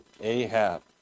Ahab